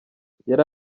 yari